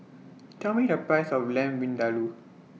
Tell Me The Price of Lamb Vindaloo